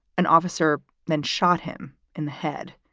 an officer then shot him in the head.